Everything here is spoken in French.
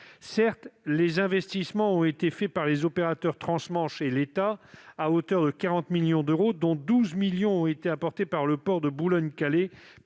Certes, des investissements ont été faits par les opérateurs trans-Manche et l'État à hauteur de 40 millions d'euros, dont 12 millions ont été apportés par le port Boulogne Calais